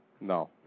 No